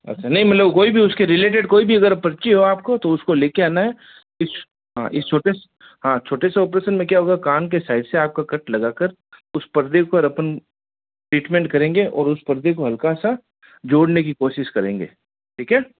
अच्छा नहीं मतलब कोई भी उसके रिलेटेड कोई भी अगर पर्ची हो आप को तो उसको ले कर आना है इस हाँ इस छोटे से हाँ छोटे से ऑपरेशन में क्या होगा कान के साइड से आप का कट लगा कर उस पर्दे पर अपन ट्रीटमेंट करेंगे और उस पर्दे को हल्का सा जोड़ने की कोशिश करेंगे ठीक है